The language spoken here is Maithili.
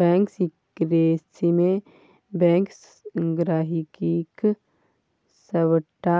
बैंक सिकरेसीमे बैंक गांहिकीक सबटा